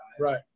right